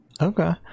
okay